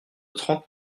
trente